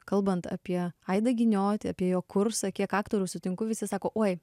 kalbant apie aidą giniotį apie jo kursą kiek aktorių sutinku visi sako oi